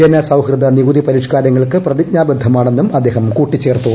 ജനസൌഹൃദ നികുതി പരിഷ്ക്കാരങ്ങൾക്ക് പ്രതിജ്ഞാബദ്ധമാണെന്നും അദ്ദേഹം കൂട്ടിച്ചേർത്തു